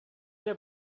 der